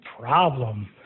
problem